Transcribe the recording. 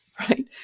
right